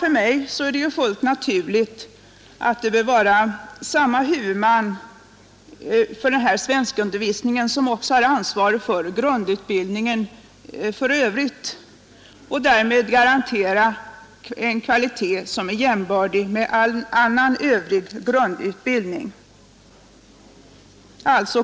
För mig är det fullt naturligt att det bör vara samma huvudman för svenskundervisningen och för grundutbildningen i Övrigt, varigenom garanteras en kvalitet som är jämbördig med all övrig grundutbildning.